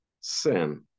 sin